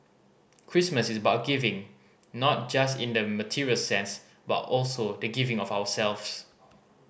Christmas is about giving not just in a material sense but also the giving of ourselves